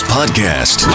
Podcast